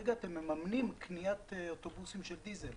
כרגע אתם מממנים קניית אוטובוסים של דיזל.